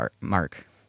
mark